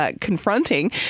confronting